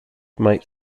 might